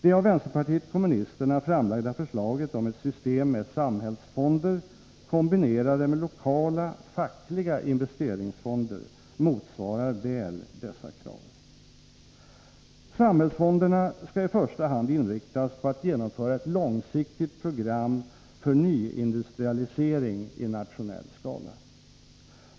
Det av vänsterpartiet kommunisterna framlagda förslaget om ett system med samhällsfonder kombinerade med lokala fackliga investeringsfonder motsvarar väl dessa krav. Samhällsfonderna skall i första hand inriktas på att genomföra ett långsiktigt program för nyindustrialisering i nationell skala.